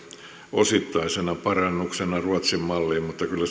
osittainen parannus ruotsin malliin mutta kyllä